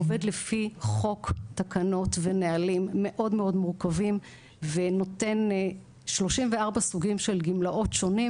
עובד לפי חוק תקנות ונהלים מאוד מורכבים ונותן 34 סוגים של גימלאות שונים